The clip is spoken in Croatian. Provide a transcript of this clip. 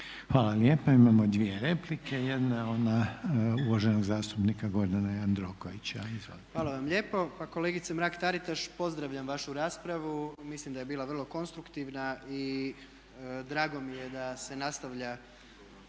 Hvala lijepo. Imamo dvije replike. Jedna je ona uvaženog zastupnika Gordana Jandrokovića. **Jandroković, Gordan (HDZ)** Hvala vam lijepo. Pa kolegice Mrak Taritaš, pozdravljam vašu raspravu. Mislim da je bila vrlo konstruktivna i drago mi je da se nastavlja